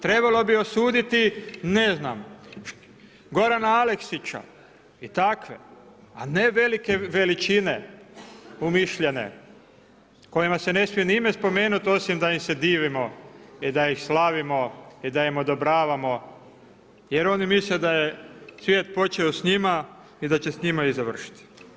Trebalo bi osuditi ne znam Gorana Aleksića i takve, a ne velike veličine umišljene kojima se ne smije ni ime spomenuti osim da im se divimo i da ih slavimo i da im odobravamo jer oni misle da je svijet počeo s njima i da će s njima i završiti.